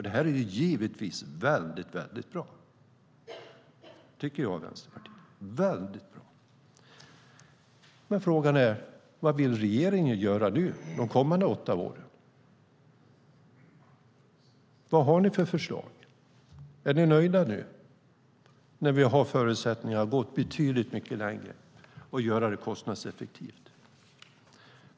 Det är givetvis väldigt bra, tycker jag och Vänsterpartiet. Frågan är dock vad regeringen vill göra de kommande åtta åren. Vad har ni för förslag? Är ni nöjda nu även om vi har förutsättningarna att gå mycket längre och göra det kostnadseffektivt?